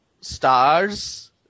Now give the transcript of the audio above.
Stars